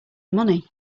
money